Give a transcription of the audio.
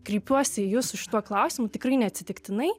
kreipiuosi į jus su šituo klausimu tikrai neatsitiktinai